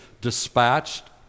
dispatched